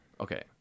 Okay